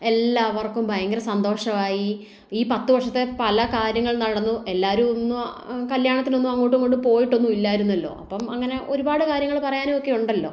എല്ലാവർക്കും ഭയങ്കര സന്തോഷമായി ഈ പത്തു വർഷത്തെ പല കാര്യങ്ങൾ നടന്നു എല്ലാവരും കല്യാണത്തിന് ഒന്നും അങ്ങോട്ടും ഇങ്ങോട്ടും പോയിട്ട് ഒന്നും ഇല്ലായിരുന്നല്ലോ അപ്പം അങ്ങനെ ഒരുപാട് കാര്യങ്ങൾ പറയാനുമൊക്കെ ഉണ്ടല്ലോ